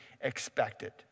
expected